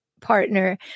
partner